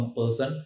person